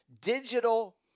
digital